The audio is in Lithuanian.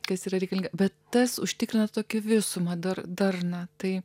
kas yra reikalinga bet tas užtikrina tokia visuma dar darna tai